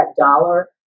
dollar